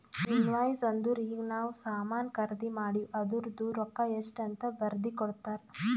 invoice ಅಂದುರ್ ಈಗ ನಾವ್ ಸಾಮಾನ್ ಖರ್ದಿ ಮಾಡಿವ್ ಅದೂರ್ದು ರೊಕ್ಕಾ ಎಷ್ಟ ಅಂತ್ ಬರ್ದಿ ಕೊಡ್ತಾರ್